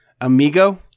Amigo